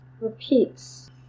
repeats